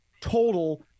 total